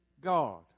God